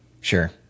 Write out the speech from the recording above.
Sure